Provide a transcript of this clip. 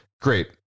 Great